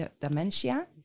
dementia